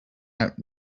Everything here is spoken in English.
out